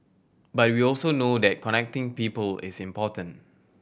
but we also know that connecting people is important